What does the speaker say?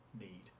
need